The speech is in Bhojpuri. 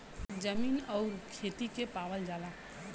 जमीन आउर खेती के पावल जाला